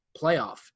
playoff